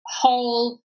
whole